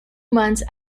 months